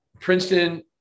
princeton